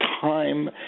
time